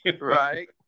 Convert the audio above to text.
Right